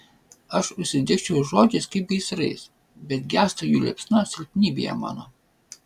aš užsidegčiau žodžiais kaip gaisrais bet gęsta jų liepsna silpnybėje mano